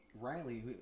Riley